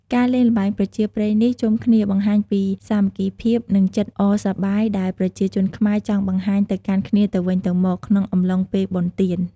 ការលេងល្បែងប្រជាប្រិយនេះជុំគ្នាបង្ហាញពីសាមគ្គីភាព និងចិត្តអរសប្បាយដែលប្រជាជនខ្មែរចង់បង្ហាញទៅកាន់គ្នាទៅវិញទៅមកក្នុងអំឡុងពេលបុណ្យទាន។